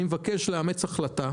אני מבקש לאמץ החלטה,